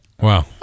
Wow